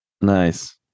Nice